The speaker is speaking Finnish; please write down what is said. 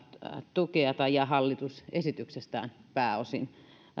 tukea ja hallitus esityksestään pääosin